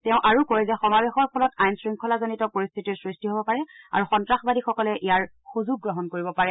তেওঁ আৰু কয় যে সমাৱেশৰ ফলত আইন শৃংখলাজনিত পৰিস্থিতিৰ সৃষ্টি হ'ব পাৰে আৰু সন্ত্ৰাসবাদীসকলে ইয়াৰ সুযোগ গ্ৰহণ কৰিব পাৰে